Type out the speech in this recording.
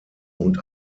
und